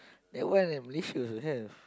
that one at Malaysia also have